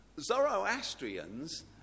Zoroastrians